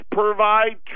provide